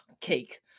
Cake